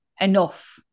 enough